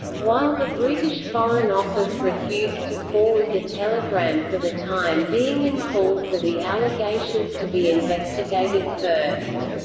while the british foreign office refused to forward the telegram for the time being and called for the allegations to be investigated first.